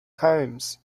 times